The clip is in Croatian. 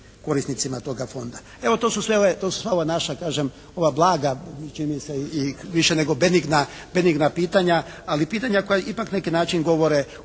korisnicima toga fonda. Evo to su sva ova naša kažem blaga čini mi se i više nego benigna pitanja, ali pitanja koja ipak na neki način govore